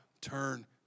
turn